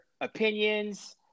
opinions